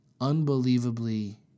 unbelievably